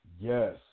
Yes